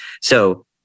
So-